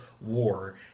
War